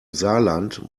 saarland